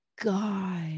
God